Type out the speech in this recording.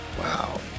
Wow